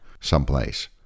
someplace